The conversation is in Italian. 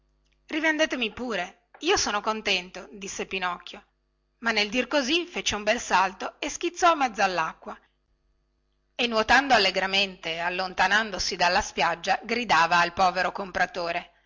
rivendetemi pure io sono contento disse pinocchio ma nel dir così fece un bel salto e schizzò in mezzo allacqua e nuotando allegramente e allontanandosi dalla spiaggia gridava al povero compratore